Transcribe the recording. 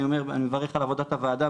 אני מברך על עבודת הוועדה,